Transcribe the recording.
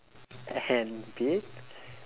and big